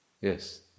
Yes